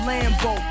Lambo